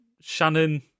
Shannon